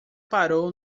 parou